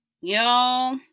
y'all